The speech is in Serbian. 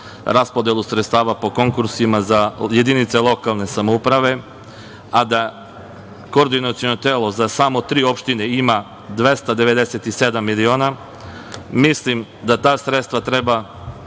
raspodelu sredstava po konkursima za jedinice lokalne samouprave, a da koordinaciono telo za samo tri opštine ima 297 miliona, mislim da ta sredstva treba